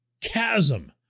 chasm